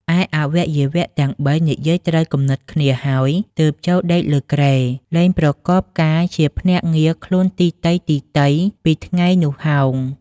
ឯអវយវៈទាំង ៣ និយាយត្រូវគំនិតគ្នាហើយទើបចូលដេកលើគ្រែ លែង ប្រកបការជាភ្នាក់ងារខ្លួនទីទៃ ៗ ពីថ្ងៃនោះហោង ។